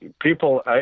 People